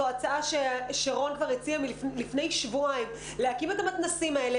זו הצעה שרון כבר הציע מלפני שבועיים להקים את המתנ"סים האלה.